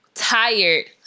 Tired